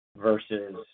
versus